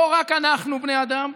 לא רק אנחנו בני האדם,